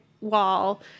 wall